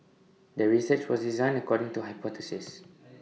the research was designed according to hypothesis